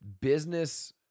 business